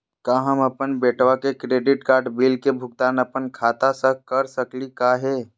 का हम अपन बेटवा के क्रेडिट कार्ड बिल के भुगतान अपन खाता स कर सकली का हे?